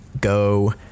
go